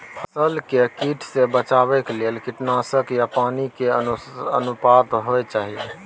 फसल के कीट से बचाव के लेल कीटनासक आ पानी के की अनुपात होय चाही?